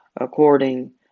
according